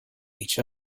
each